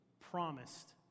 promised